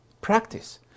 practice